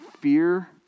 fear